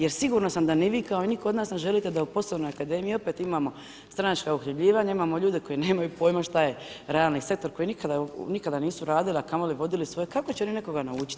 Jer sigurna sam da ni vi, kao nitko od nas, ne želite da u poslovnoj akademiji opet imamo stranačka uhljebljivanja, imamo ljude koji nemaju pojma šta je realni sektor koji nikada nisu radili, a kamoli vodili svoje, kako će oni nekoga naučit?